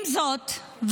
עם זאת,